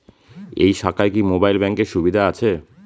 এই শাখায় কি মোবাইল ব্যাঙ্কের সুবিধা আছে?